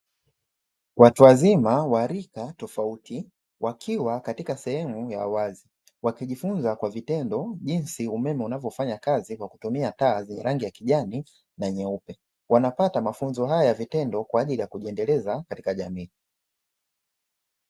Watu wazima wa rika tofauti wakiwa katika sehemu ya wazi ,wakijifunza kwa vitendo jinsi umeme unavyofanya kazi kwa kutumia taa zenye rangi ya kijani na nyeupe, wanapata mafunzo haya ya vitendo kwa ajili ya kujiendeleza katika jamii.